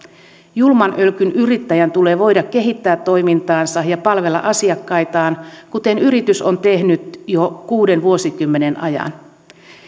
julman ölkyn yrittäjän tulee voida kehittää toimintaansa ja palvella asiakkaitaan kuten yritys on tehnyt jo kuuden vuosikymmenen ajan